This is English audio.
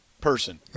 person